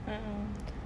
a'ah